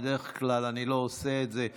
ובדרך כלל אני לא עושה את זה.